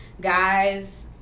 guys